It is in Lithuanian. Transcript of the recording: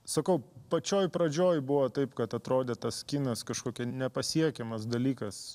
sakau pačioj pradžioj buvo taip kad atrodė tas kinas kažkokia nepasiekiamas dalykas